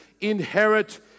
inherit